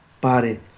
body